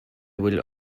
will